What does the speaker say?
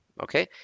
okay